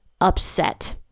upset